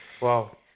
wow